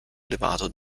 elevato